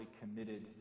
committed